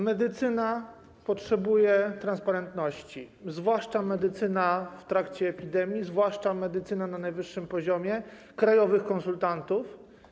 Medycyna potrzebuje transparentności, zwłaszcza medycyna w trakcie epidemii, zwłaszcza medycyna na najwyższym poziomie, chodzi o krajowych konsultantów.